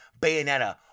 Bayonetta